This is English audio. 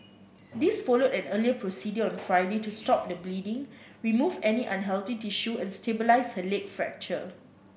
this followed an earlier procedure on Friday to stop the bleeding remove any unhealthy tissue and stabilise her leg fracture